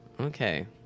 Okay